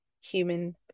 human